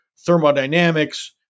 thermodynamics